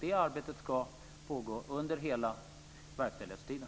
Det arbetet ska pågå under hela verkställighetstiden.